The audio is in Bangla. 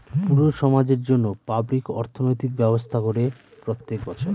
পুরো সমাজের জন্য পাবলিক অর্থনৈতিক ব্যবস্থা করে প্রত্যেক বছর